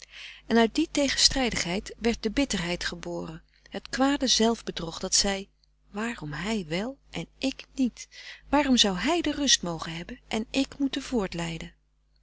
en uit die tegenstrijdigheid werd de bitterheid geboren het kwade zelfbedrog dat zei waarom hij wel en ik niet waarom zou hij de rust mogen hebben en ik moeten